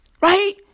right